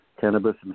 cannabis